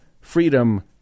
freedom